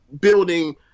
building